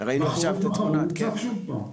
בחורף האחרון הוצף הנחל שוב פעם.